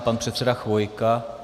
Pan předseda Chvojka.